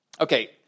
Okay